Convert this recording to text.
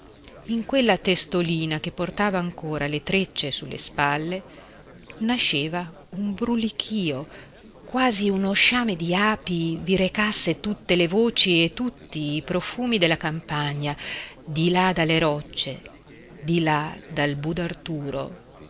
in quella testolina che portava ancora le trecce sulle spalle nasceva un brulichìo quasi uno sciame di api vi recasse tutte le voci e tutti i profumi della campagna di là dalle roccie di là da budarturo